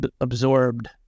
absorbed